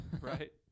right